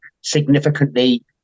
significantly